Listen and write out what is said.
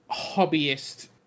hobbyist